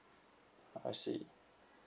I see